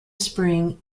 spring